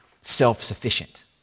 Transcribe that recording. self-sufficient